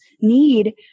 need